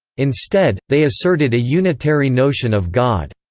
instead, they asserted a unitary notion of god.